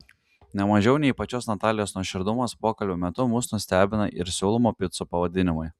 ne mažiau nei pačios natalijos nuoširdumas pokalbio metu mus nustebina ir siūlomų picų pavadinimai